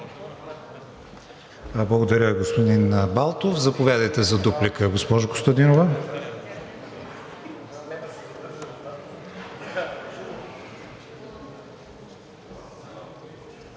Благодаря, господин Балтов. Заповядайте за дуплика, госпожо Костадинова.